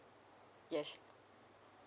yes